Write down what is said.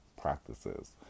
practices